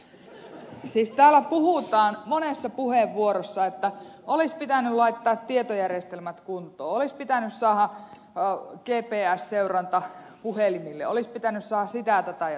siis täällä puhutaan monessa puheenvuorossa että olis pitänyt laittaa tietojärjestelmät kuntoon olis pitäny saaha gps seuranta puhelimille olis pitäny saaha sitä tätä ja tuota